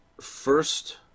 first